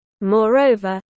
moreover